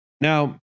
Now